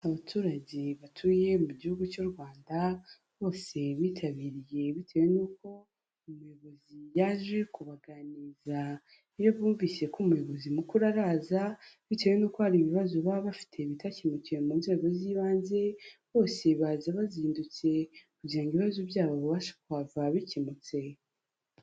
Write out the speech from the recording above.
Abaturage batuye mu gihugu cy'u Rwanda, bose bitabiriye bitewe n'uko umuyobozi yaje kubaganiriza, iyo bumvise ko umuyobozi mukuru araza bitewe n'uko hari ibibazo baba bafite bitakemukiye mu nzego z'ibanze, bose baza bazindutse kugira ngo ibibazo byabo babashe kuhava bikemutse.